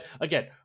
again